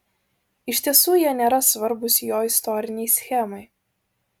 iš tiesų jie nėra svarbūs jo istorinei schemai